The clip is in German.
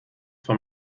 vom